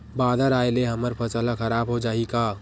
बादर आय ले हमर फसल ह खराब हो जाहि का?